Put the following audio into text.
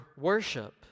worship